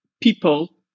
people